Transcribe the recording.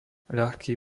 ľahký